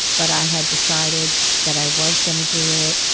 but i had decided that i was going to do it.